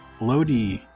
Lodi